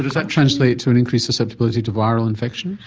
that translate to an increased susceptibility to viral infections?